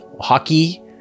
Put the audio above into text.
hockey